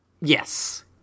Yes